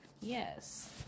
yes